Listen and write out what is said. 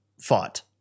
fought